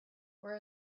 where